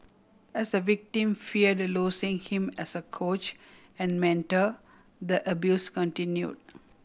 as the victim feared losing him as a coach and mentor the abuse continue